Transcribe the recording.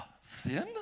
Sin